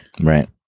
Right